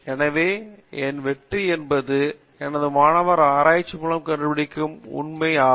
எனவே என் வெற்றி என்பது எனது மாணவர் ஆராய்ச்சி மூலம் கண்டுபிடிக்கும் உண்மை ஆகும்